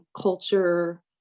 culture